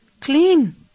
clean